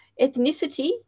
Ethnicity